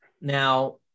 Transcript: now